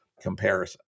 comparison